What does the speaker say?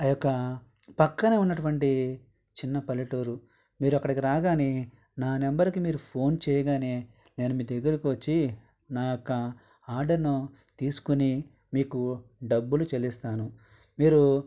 ఆ యొక్క పక్కనే ఉన్నటువంటి చిన్న పల్లెటూరు మీరు అక్కడికి రాగానే నా నెంబర్కి మీరు ఫోన్ చేయగానే నేను మీదగ్గరకు వచ్చి నా యొక్క ఆర్డర్ను తీసుకొని మీకు డబ్బులు చెల్లిస్తాను మీరు